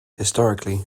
historically